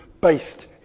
based